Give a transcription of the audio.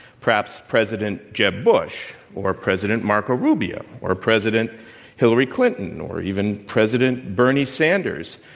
perhaps president jeb bush or president marco rubio or president hillary clinton, or even president bernie sanders.